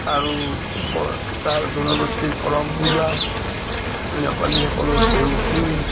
আৰু চাহ জনগোষ্ঠীৰ কৰম পূজা নেপালীসকলৰ দেউচি